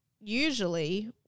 usually